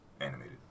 animated